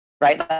right